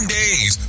days